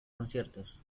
conciertos